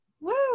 woo